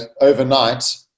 overnight